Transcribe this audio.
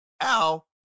Al